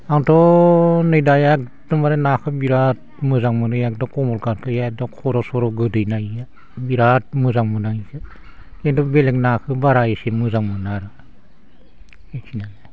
आंथ' नै दा एखदमबारे नाखो बिराद मोजां मोनो एखदम कमलकाटखो एखदम खर' सर' गोदैना इयो बिराद मोजां मोनो आं इखो खिन्थु बेलेक नाखो बारा एसे मोजां मोना आरो इखिनियानो